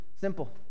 simple